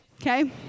okay